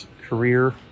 career